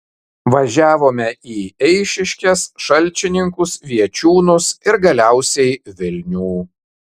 važiavome į eišiškės šalčininkus viečiūnus ir galiausiai vilnių